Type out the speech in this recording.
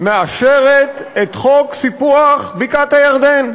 מאשרת את חוק סיפוח בקעת-הירדן,